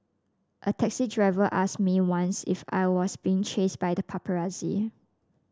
a taxi driver asked me once if I was being chased by the paparazzi